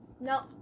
No